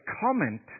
comment